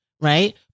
Right